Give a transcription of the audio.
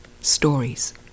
Stories